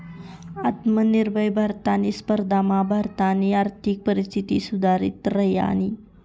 आत्मनिर्भर भारतनी स्पर्धामा भारतनी आर्थिक परिस्थिती सुधरि रायनी